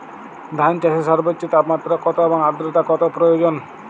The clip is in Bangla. ধান চাষে সর্বোচ্চ তাপমাত্রা কত এবং আর্দ্রতা কত প্রয়োজন?